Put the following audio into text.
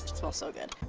smells so good.